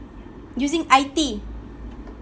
using I_T